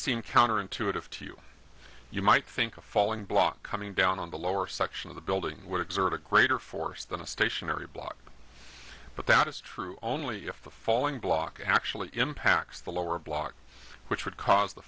seem counterintuitive to you you might think a falling block coming down on the lower section of the building would exert a greater force than a stationary block but that is true only if the falling block actually impacts the lower block which would cause the